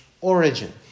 origin